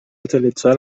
utilitzar